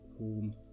Home